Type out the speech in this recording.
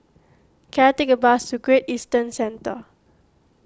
can I take a bus to Great Eastern Centre